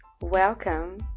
welcome